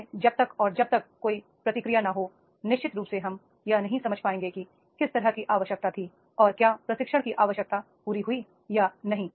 इसलिए जब तक और जब तक कोई प्रतिक्रिया न हो निश्चित रूप से हम यह नहीं समझ पाएंगे कि किस तरह की आवश्यकता थी और क्या प्रशिक्षण की आवश्यकता पूरी हुई या नहीं